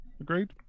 Agreed